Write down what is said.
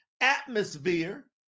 atmosphere